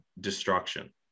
destruction